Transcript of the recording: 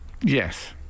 Yes